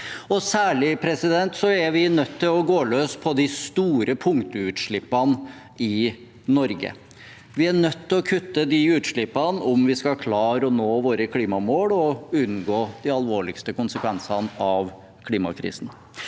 Særlig er vi nødt til å gå løs på de store punktutslippene i Norge. Vi er nødt til å kutte de utslippene om vi skal klare å nå våre klimamål og unngå de alvorligste konsekvensene av klimakrisen.